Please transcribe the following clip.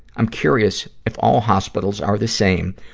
i'm curious if all hospitals are the same,